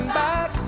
back